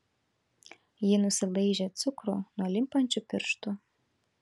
ji nusilaižė cukrų nuo limpančių pirštų